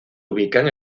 ubican